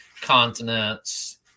continents